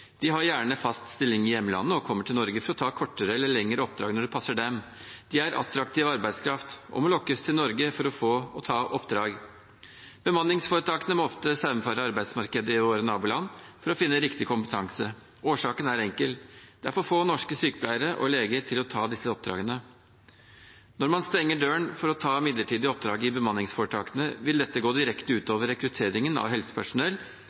i hjemlandet og kommer til Norge for å ta kortere eller lengre oppdrag når det passer dem. De er attraktiv arbeidskraft og må lokkes til Norge for å ta oppdrag. Bemanningsforetakene må ofte saumfare arbeidsmarkedet i våre naboland for å finne riktig kompetanse. Årsaken er enkel: Det er for få norske sykepleiere og leger til å ta disse oppdragene. Når man stenger døren for midlertidige oppdrag i bemanningsforetakene, vil dette gå direkte ut over rekrutteringen av helsepersonell